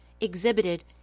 exhibited